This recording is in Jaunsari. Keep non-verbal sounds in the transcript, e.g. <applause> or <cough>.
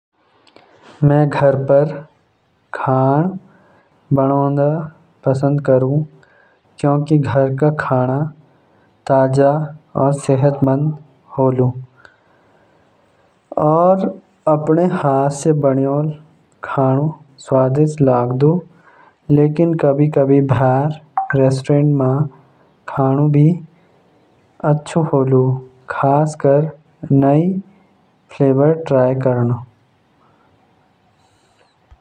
म घर पर खाना बनाणा पसंद करुँ क्युकि घर क खाना ताजा और सेहतमंद होलु। अपने हाथ स बनायोल खाना स्वादिष्ट लागदु। <noise> लेकिन कभी-कभी बाहर रेस्टोरेंट म खाना भी अच्छा होलु, खास कर नए फ्लेवर ट्राई करणा।